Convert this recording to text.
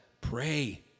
pray